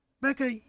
Becca